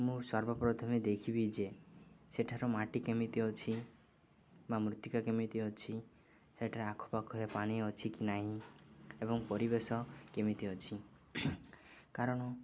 ମୁଁ ସର୍ବପ୍ରଥମେ ଦେଖିବି ଯେ ସେଠାର ମାଟି କେମିତି ଅଛି ବା ମୃତ୍ତିକା କେମିତି ଅଛି ସେଠାରେ ଆଖପାଖରେ ପାନି ଅଛି କି ନାହିଁ ଏବଂ ପରିବେଶ କେମିତି ଅଛି କାରଣ